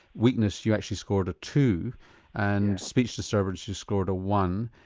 weakness you actually scored a two and speech disturbance you scored a one,